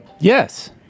Yes